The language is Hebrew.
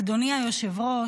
אדוני היושב-ראש,